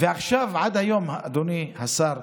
ועכשיו, עד היום, אדוני השר,